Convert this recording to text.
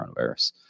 coronavirus